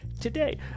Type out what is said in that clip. today